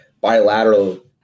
bilateral